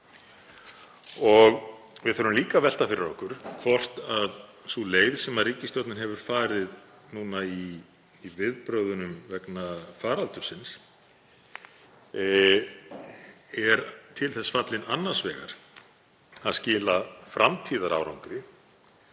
Við þurfum líka að velta fyrir okkur hvort sú leið sem ríkisstjórnin hefur farið núna í viðbrögðunum vegna faraldursins sé til þess fallin að skila framtíðarárangri.